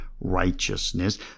righteousness